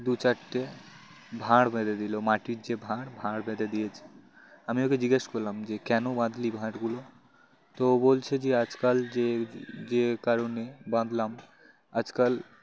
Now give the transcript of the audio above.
দু চারটে ভাঁড় বেঁধে দিলো মাটির যে ভাঁড় ভাঁড় বেঁধে দিয়েছে আমি ওকে জিজ্ঞেস করলাম যে কেন বাঁধলি ভাঁড়গুলো তো বলছে যে আজকাল যে যে কারণে বাঁধলাম আজকাল